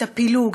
את הפילוג,